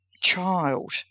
child